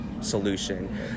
solution